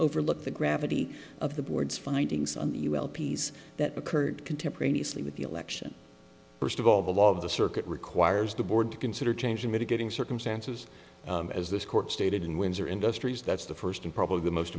overlook the gravity of the board's findings on the ul piece that occurred contemporaneously with the election first of all the law of the circuit requires the board to consider changing mitigating circumstances as this court stated in windsor industries that's the first and probably the most